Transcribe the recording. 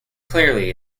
clearly